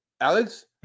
Alex